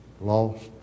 lost